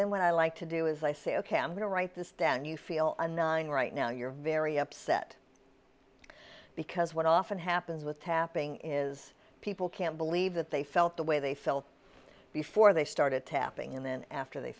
then when i like to do is i say ok i'm going to write this down you feel a nine right now you're very upset because what often happens with tapping is people can't believe that they felt the way they felt before they started tapping and then after they